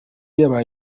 y’aba